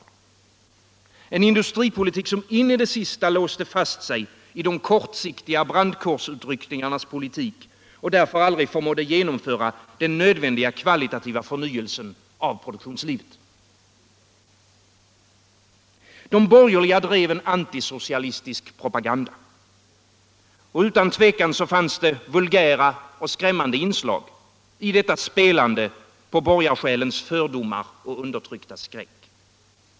Det var en industripolitik som in i det sista låste fast sig i de kortsiktiga brandkårsutryckningarnas politik och därför aldrig förmådde genomföra den nödvändiga kvalitativa förnyelsen av produktionslivet. De borgerliga drev en antisocialistisk propaganda. Utan tvivel fanns det vulgära och skrämmande inslag i detta spelande på borgarsjälens fördomar och undertryckta skräck.